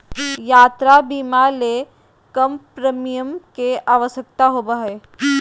यात्रा बीमा ले कम प्रीमियम के आवश्यकता होबो हइ